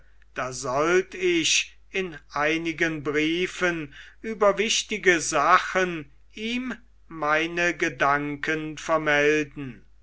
da sollt ich in einigen briefen über wichtige sachen ihm meine gedanken vermelden